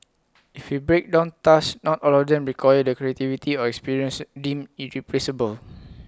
if we break down tasks not all of them require the creativity or experience deemed irreplaceable